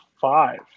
five